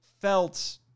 felt